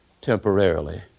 temporarily